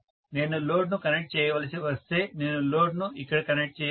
నేను లోడ్ ను కనెక్ట్ చేయవలసి వస్తే నేను లోడ్ ను ఇక్కడ కనెక్ట్ చేయాలి